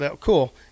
cool